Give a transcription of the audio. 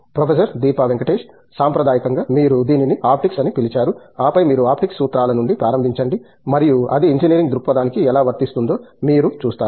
professor Deepa Venkatesh సాంప్రదాయకంగా మీరు దీనిని ఆప్టిక్స్ అని పిలిచారు ఆపై మీరు ఆప్టిక్స్ సూత్రాల నుండి ప్రారంభించండి మరియు అది ఇంజనీరింగ్ దృక్పథానికి ఎలా వర్తిస్తుందో మీరు చూస్తారు